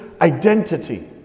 identity